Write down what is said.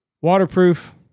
Waterproof